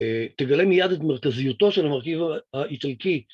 ‫תגלה מיד את מרכזיותו ‫של המרכיב האיטלקי.